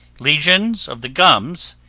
lesions of the gums,